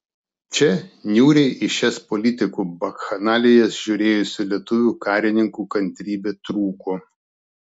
čia niūriai į šias politikų bakchanalijas žiūrėjusių lietuvių karininkų kantrybė trūko